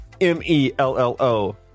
M-E-L-L-O